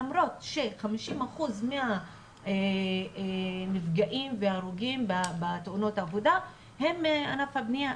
למרות ש-50% מהנפגעים וההרוגים בתאונות עבודה הם מענף הבנייה.